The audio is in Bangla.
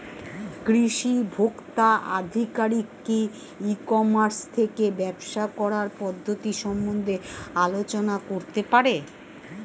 কৃষি ভোক্তা আধিকারিক কি ই কর্মাস থেকে ব্যবসা করার পদ্ধতি সম্বন্ধে আলোচনা করতে পারে?